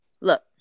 Look